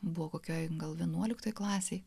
buvo kokioje gal vienuoliktoje klasėje